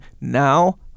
now